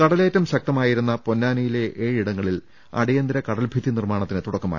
കടലേറ്റം ശക്തമായിരുന്ന പൊന്നാനിയിലെ ഏഴിടങ്ങലിൽ അടിയന്തര കടൽഭിത്തി നിർമ്മാണത്തിന് തുടക്കമായി